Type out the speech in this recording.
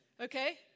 Okay